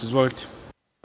Izvolite.